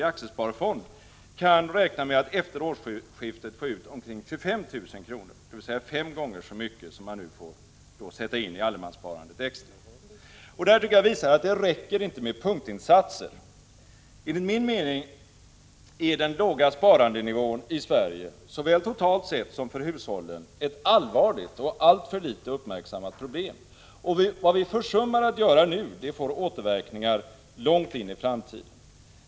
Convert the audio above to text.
i aktiesparfond kan räkna med att efter årsskiftet få ut omkring 25 000 kr., dvs. fem gånger så mycket som han får sätta in extra i allemanssparandet. Det tycker jag visar att det inte räcker med punktinsatser. Enligt min mening är den låga sparandenivån i Sverige såväl totalt sett som för hushållen ett allvarligt och alltför litet uppmärksammat problem. Vad vi försummar att göra nu får återverkningar långt in i framtiden.